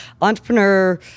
entrepreneur